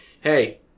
hey